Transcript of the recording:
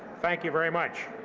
thank you very much.